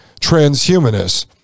transhumanists